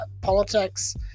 politics